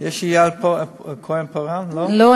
יעל כהן-פארן, לא?